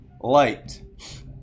light